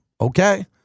Okay